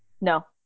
no